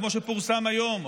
כמו שפורסם היום,